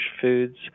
foods